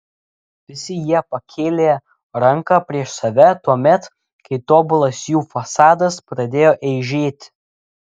visi jie pakėlė ranką prieš save tuomet kai tobulas jų fasadas pradėjo eižėti